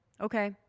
okay